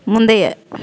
முந்தைய